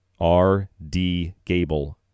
rdgable